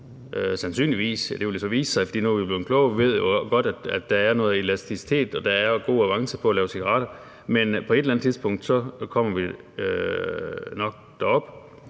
sandsynligvis. Det vil så vise sig, for nu er vi blevet klogere, og vi ved godt, at der er noget elasticitet og der er gode avancer på at lave cigaretter, men på et eller andet tidspunkt kommer vi nok derop.